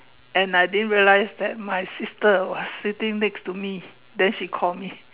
and I didn't realise that my sister was sitting next to me then she call me